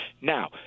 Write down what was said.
Now